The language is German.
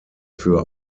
für